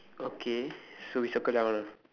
okay so we circle down ah